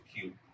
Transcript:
cute